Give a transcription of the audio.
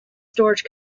storage